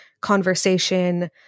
conversation